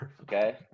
Okay